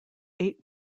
eight